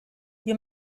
you